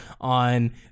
on